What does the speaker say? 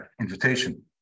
invitation